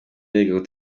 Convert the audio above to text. yoweri